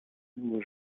nouveau